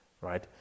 Right